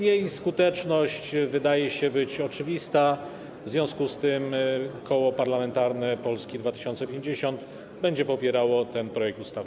Jej skuteczność wydaje się oczywista, w związku z czym Koło Parlamentarne Polska 2050 będzie popierało ten projekt ustawy.